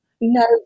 No